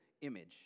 image